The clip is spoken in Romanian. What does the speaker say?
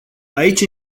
aici